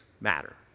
matter